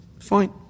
Fine